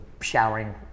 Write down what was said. showering